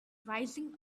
rising